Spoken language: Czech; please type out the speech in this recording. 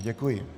Děkuji.